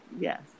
yes